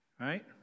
Right